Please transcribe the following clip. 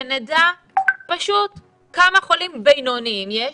שנדע פשוט כמה חולים בינוניים יש,